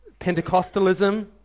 Pentecostalism